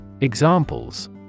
Examples